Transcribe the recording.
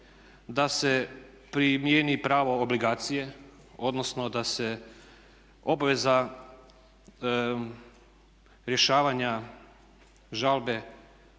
da se primijeni pravo obligacije, odnosno da se obveza rješavanja žalbe